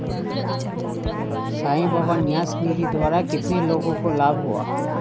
साई बाबा न्यास निधि द्वारा कितने लोगों को लाभ हुआ?